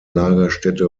lagerstätte